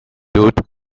dude